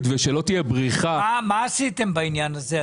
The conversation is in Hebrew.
ושלא תהיה בריחה --- מה עשיתם בעניין הזה?